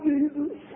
Jesus